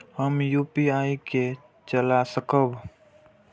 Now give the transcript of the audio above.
हम यू.पी.आई के चला सकब?